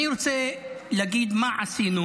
אני רוצה להגיד מה עשינו